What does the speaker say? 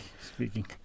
speaking